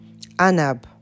Anab